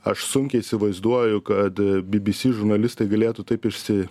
aš sunkiai įsivaizduoju kad bbc žurnalistai galėtų taip išsi